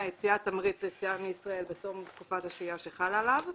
יצירת תמריץ ליציאה מישראל בתום תקופת השהייה שחלה עליו,